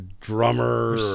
drummer